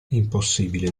impossibile